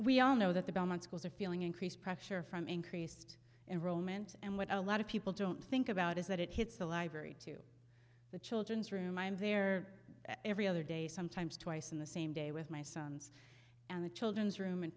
we all know that the belmont schools are feeling increased pressure from increased in rome and and what a lot of people don't think about is that it hits the library to the children's room i'm there every other day sometimes twice in the same day with my sons and the children's room and